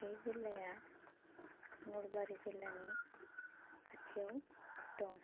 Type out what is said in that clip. बे जिल्लाया नलबारि जिल्लानि खाथियाव दं